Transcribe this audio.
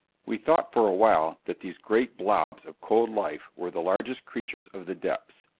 we thought for awhile that these great blobs of cold life were the largest creatures of the depths.